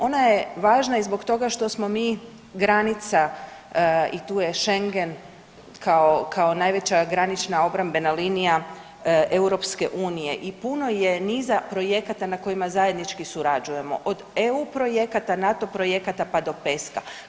Ona je važna i zbog toga što smo mi granica i tu je Schengen kao najveća granična obrambena linija EU i puno je niza projekata na kojima zajednički surađujemo, od EU projekata, NATO projekata pa do PESCO-a.